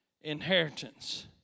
inheritance